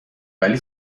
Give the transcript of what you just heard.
ولی